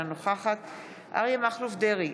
אינה נוכחת אריה מכלוף דרעי,